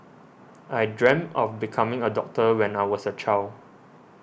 I dreamt of becoming a doctor when I was a child